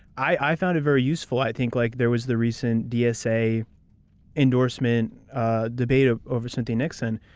i i found it very useful. i think like there was the recent dsa endorsement ah debate ah over cynthia nixon.